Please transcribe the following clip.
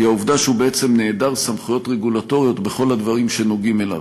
היא העובדה שהוא בעצם נעדר סמכויות רגולטוריות בכל הדברים שנוגעים אליו.